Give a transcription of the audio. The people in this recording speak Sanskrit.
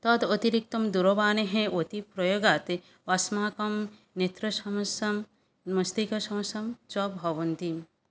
तत् अतिरिक्तं दूरवाणे अतिप्रयोगात् अस्माकं नेत्रसमस्या मस्तिष्कसमस्या च भवति